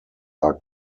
are